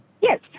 Yes